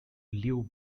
liu